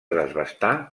desbastar